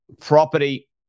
property